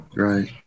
Right